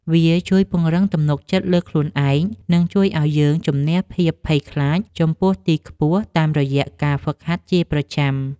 វាជួយពង្រឹងទំនុកចិត្តលើខ្លួនឯង និងជួយឱ្យយើងជម្នះភាពភ័យខ្លាចចំពោះទីខ្ពស់តាមរយៈការហ្វឹកហាត់ជាប្រចាំ។